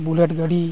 bullet ᱜᱟᱹᱰᱤ